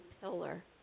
pillar